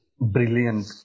brilliant